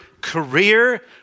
career